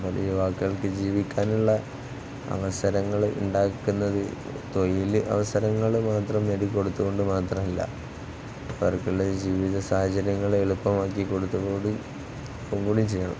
യുവാക്കൾക്ക് ജീവിക്കാനുള്ള അവസരങ്ങളുണ്ടാക്കുന്നത് തൊഴിലവസരങ്ങള് മാത്രം നേടിക്കൊടുത്തുകൊണ്ട് മാത്രമല്ല ജീവിതസാഹചര്യങ്ങള് എളുപ്പമാക്കിക്കൊടുക്കുക കൂടി ചെയ്യണം